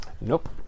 Nope